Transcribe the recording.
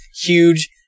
huge